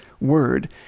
word